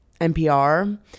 NPR